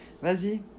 vas-y